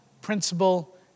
principle